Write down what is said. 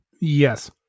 Yes